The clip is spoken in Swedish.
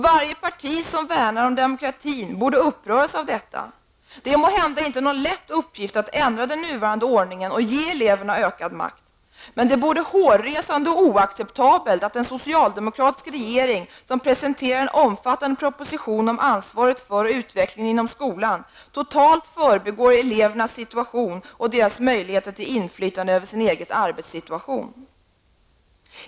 Varje parti som värnar om demokratin borde uppröras av dessa rapporter. Det är måhända inte någon lätt uppgift att ändra den nuvarande ordningen och ge eleverna ökad makt. Men det är både hårresande och oacceptabelt att en socialdemokratisk regering, som presenterar en omfattande proposition om ansvaret för och utvecklingen inom skolan, totalt förbigår elevernas situation och deras möjligheter till inflytande över sin egen arbetssituation.